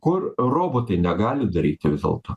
kur robotai negali daryti vis dėlto